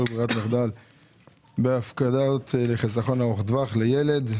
ברירת מחדל בהפקדות לחיסכון ארוך טווח לילד),